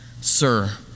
Sir